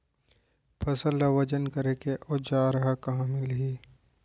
फसल ला वजन करे के औज़ार हा कहाँ मिलही?